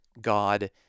God